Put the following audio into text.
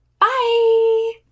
Bye